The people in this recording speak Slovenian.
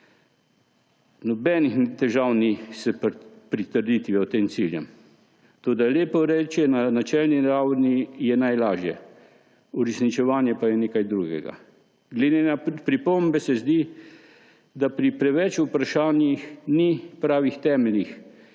Nobenih težav ni s pritrditvijo tem ciljem. Lepo rečeno, na načelni ravni je najlažje, uresničevanje pa je nekaj drugega. Glede na pripombe se zdi, da pri preveč vprašanjih ni pravih temeljev